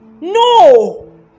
no